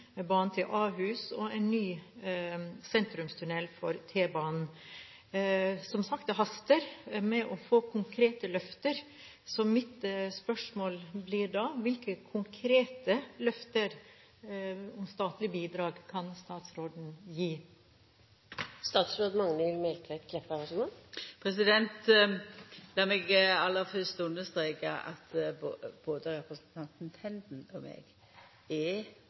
banen til Ahus og en ny sentrumstunnel for T-banen. Som sagt haster det med å få konkrete løfter. Så mitt spørsmål blir da: Hvilke konkrete løfter om statlige bidrag kan statsråden gi? Lat meg aller fyrst understreka at både representanten Tenden og eg er